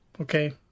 okay